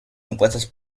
compuestas